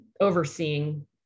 overseeing